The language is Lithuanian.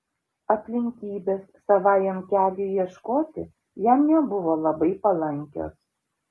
aplinkybės savajam keliui ieškoti jam nebuvo labai palankios